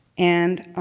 and